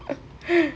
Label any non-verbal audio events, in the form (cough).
(laughs)